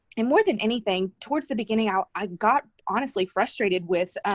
and more than anything, towards the beginning out, i got, honestly, frustrated with